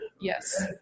Yes